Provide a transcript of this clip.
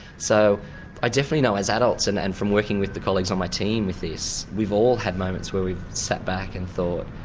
so i definitely know as adults, and and from working with the colleagues on my team with this, we've all had moments where we've sat back and thought,